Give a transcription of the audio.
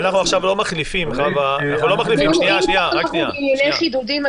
אנחנו עכשיו לא מחליפים --- אם אנחנו בענייני חידודים,